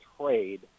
trade